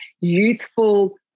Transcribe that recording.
youthful